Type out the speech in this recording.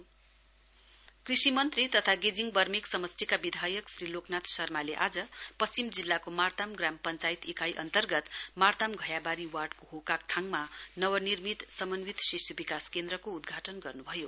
ICDS centre inaugurate कृषि मन्त्री तथा गेजिङ बर्मेक समष्टिका विधायक श्री लोकनाथ शर्माले आज पश्चिम जिल्लाको मार्ताम ग्राम पञ्चायत इकाई अन्तर्गत मार्ताम घैयाबारी वार्डको होकाकथाङमा नवनिर्मित समन्वित शिशु विकास केन्द्रको उदघाटन गर्नुभयो